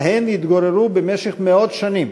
שבהן התגוררו במשך מאות שנים,